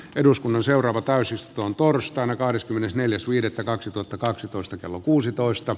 eduskunnan seuraava täysistun torstaina kahdeskymmenesneljäs viidettä kaksituhattakaksitoista kello kuusitoista